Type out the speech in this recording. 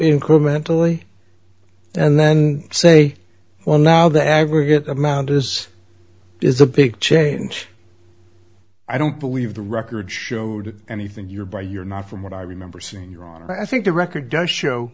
incrementally and then say well now the aggregate amount is is a big change i don't believe the record showed anything you're by you're not from what i remember seeing you're on i think the record does show